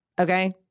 Okay